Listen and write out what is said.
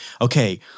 okay